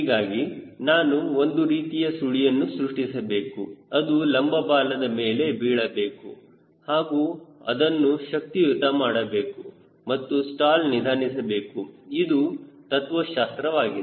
ಹೀಗಾಗಿ ನಾನು ಒಂದು ರೀತಿಯ ಸುಳಿಯನ್ನು ಸೃಷ್ಟಿಸಬೇಕು ಅದು ಲಂಬ ಬಾಲದ ಮೇಲೆ ಬೀಳಬೇಕು ಹಾಗೂ ಅದನ್ನು ಶಕ್ತಿಯುತ ಮಾಡಬೇಕು ಮತ್ತು ಸ್ಟಾಲ್ ನಿಧಾನಿಸಬೇಕು ಇದು ತತ್ವಶಾಸ್ತ್ರವಾಗಿದೆ